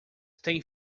tem